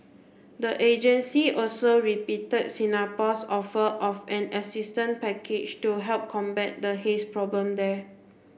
the agency also repeated Singapore's offer of an assistant package to help combat the haze problem there